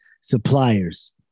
suppliers